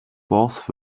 both